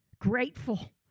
Grateful